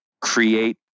create